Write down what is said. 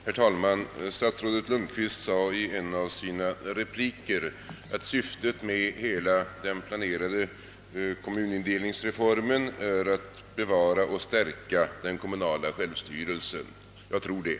Herr talman! Statsrådet Lundkvist sade i en av sina repliker att syftet med hela den planerade kommunindelningsreformen är att bevara och stärka den kommunala självstyrelsen. Det är nog riktigt.